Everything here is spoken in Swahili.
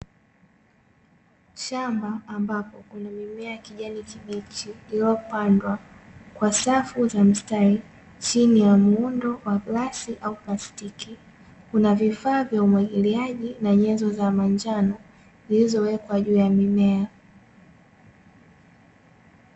Shamba ambapo kuna mimea ya kijani kibichi, iliyopandwa kwa wafu za mstari, chini ya muundo wa glasi au plastiki, kuna vifaa vya umwagiliaji na nyenzo za manjano, zilizowekwa juu ya mimea.